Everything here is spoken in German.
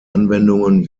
anwendungen